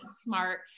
smart